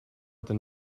than